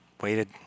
Waited